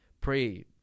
pray